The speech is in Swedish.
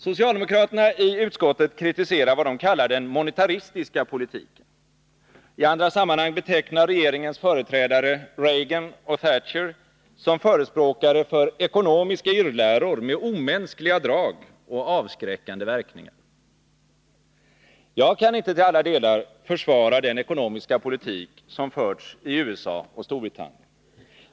Socialdemokraterna i utskottet kritiserar vad de kallar den monetaristiska politiken. I andra sammanhang betecknar regeringens företrädare Reagan och Thatcher som förespråkare för ekonomiska irrläror med omänskliga drag och avskräckande verkningar. Jag kan inte till alla delar försvara den ekonomiska politik som förts i USA och Storbritannien.